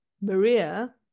Maria